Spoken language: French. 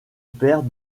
père